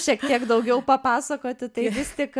šiek tiek daugiau papasakoti tai vis tik